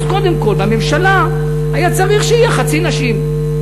אז קודם כול בממשלה היה צריך שחצי יהיה נשים.